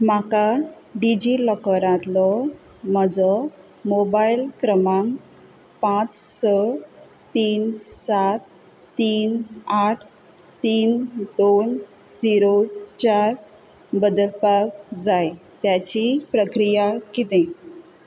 म्हाका डिजिलॉकरांतलो म्हजो मोबायल क्रमांक पांच स तीन सात तीन आठ तीन दोन झिरो चार बदलपाक जाय त्याची प्रक्रिया कितें